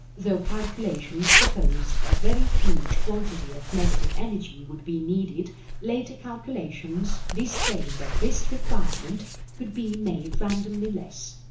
though calculations proposed a very huge quantity of negative energy would be needed later calculations displayed that this requirement could be made randomly less.